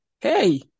Hey